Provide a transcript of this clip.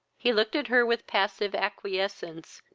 he looked at her with passive acquiescence,